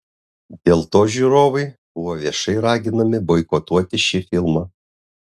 dėl to žiūrovai buvo viešai raginami boikotuoti šį filmą